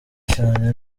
cyane